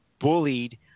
bullied